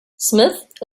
smith